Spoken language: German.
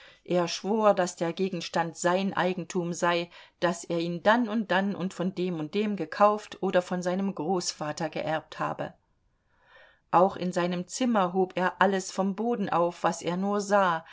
er schwor daß der gegenstand sein eigentum sei daß er ihn dann und dann und von dem und dem gekauft oder von seinem großvater geerbt habe auch in seinem zimmer hob er alles vom boden auf was er nur sah